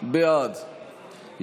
את ועדת הקורונה,